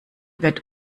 wird